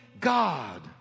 God